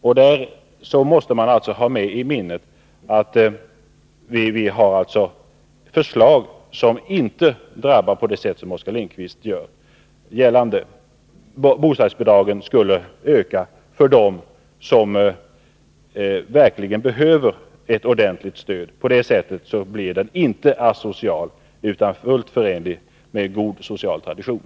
Man måste ha i minnet att vi har lagt fram förslag som inte drabbar på det sätt som Oskar Lindkvist gör gällande. Bostadsbidragen skulle öka för dem som verkligen behöver ett ordentligt stöd. På så sätt blir bostadspolitiken inte asocial, utan fullt förenlig med god social tradition.